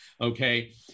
Okay